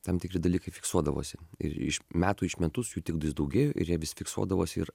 tam tikri dalykai fiksuodavosi ir iš metų iš metus jų tiktais daugėjo ir jie visi fiksuodavosi ir